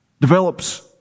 develops